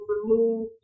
Remove